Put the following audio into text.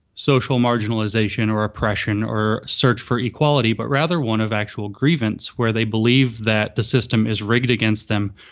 social marginalization or oppression or search for equality but, rather, one of actual grievance where they believe that the system is rigged against them,